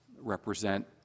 represent